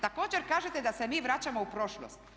Također, kažete da se mi vraćamo u prošlost.